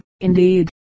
indeed